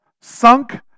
Sunk